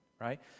Right